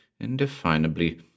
indefinably